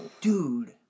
dude